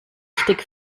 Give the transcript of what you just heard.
richtig